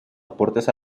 aportes